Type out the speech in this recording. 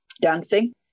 dancing